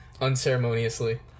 unceremoniously